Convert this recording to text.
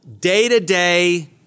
day-to-day